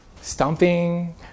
stomping